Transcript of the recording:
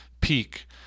peak